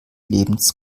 lebens